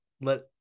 let